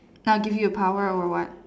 now give you a power over what